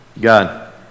God